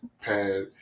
pad